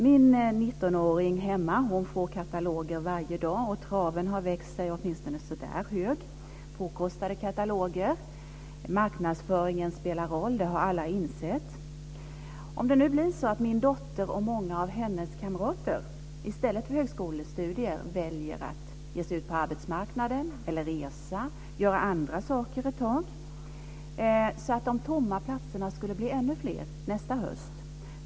Min 19-åring hemma får kataloger varje dag, och traven har växt sig hög av påkostade kataloger. Att marknadsföringen spelar roll har alla insett. Det kan bli så att min dotter och många av hennes kamrater i stället för högskolestudier väljer att ge sig ut på arbetsmarknaden, resa eller göra andra saker ett tag, så att de tomma platserna blir ännu fler nästa höst.